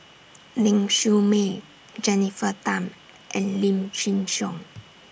Ling Siew May Jennifer Tham and Lim Chin Siong